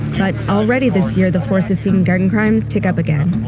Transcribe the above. but already this year the force has seen gun crimes tick up again.